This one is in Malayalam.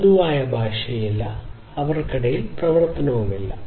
പൊതുവായ ഭാഷയില്ല അവയ്ക്കിടയിൽ പരസ്പര പ്രവർത്തനമില്ല